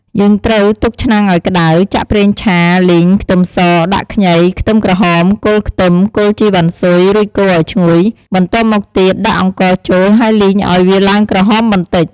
យើងត្រូវទុកឆ្នាំងឱ្យក្ដៅ ចាក់ប្រេងឆា លីង ខ្ទឹមស ដាក់ ខ្ញី ខ្ទឹមក្រហម គល់ខ្ទឹម គល់ជីវ៉ាន់ស៊ុយ រួចកូរឱ្យឈ្ងុយ បន្ទាប់មកទៀតដាក់អង្ករចូល ហើយលីងឱ្យវាឡើងក្រហមបន្តិច។